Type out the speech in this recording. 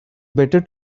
better